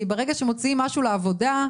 כי ברגע שמוציאים משהו לעבודה,